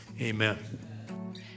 amen